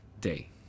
day